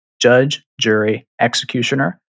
Judge-Jury-Executioner